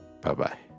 Bye-bye